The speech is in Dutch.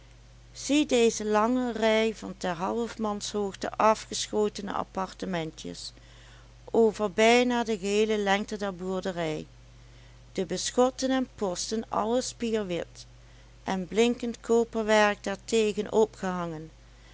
zie deze lange rij van ter halfmanshoogte afgeschotene appartementjes over bijna de geheele lengte der boerderij de beschotten en posten alle spierwit en blinkend koperwerk daartegen opgehangen